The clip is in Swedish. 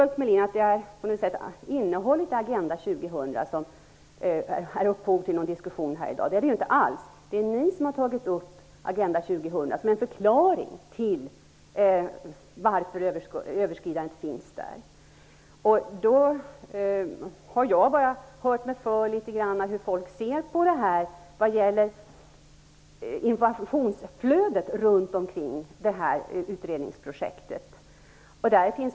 Ulf Melin tror dessutom att innehållet i Agenda 2000 är en anledning till dagens diskussion. Så är det inte alls. Det är ni som har tagit upp Agenda 2000 som en förklaring till överskridandet. Jag har då bara hört mig för litet grand om hur folk ser på informationsflödet runt omkring detta utredningsprojekt.